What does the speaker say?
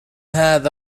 هذا